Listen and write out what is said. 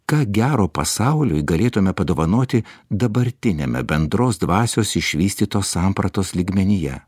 ką gero pasauliui galėtume padovanoti dabartiniame bendros dvasios išvystytos sampratos lygmenyje